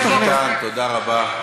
חבר הכנסת ביטן, תודה רבה.